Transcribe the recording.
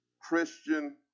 Christian